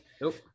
Nope